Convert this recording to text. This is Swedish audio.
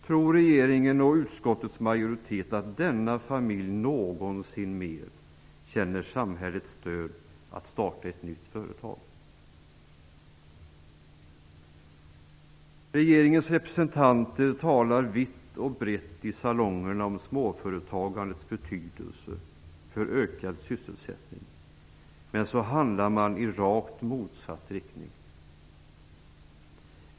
Tror regeringen och utskottets majoritet att denna familj någonsin mer känner samhällets stöd att starta ett nytt företag? Regeringens representanter talar vitt och brett i salongerna om småföretagandets betydelse för ökad sysselsättning, men så handlar man i rakt motsatt riktning.